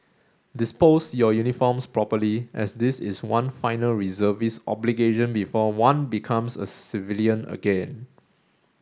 dispose your uniforms properly as this is one final reservist obligation before one becomes a civilian again